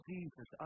Jesus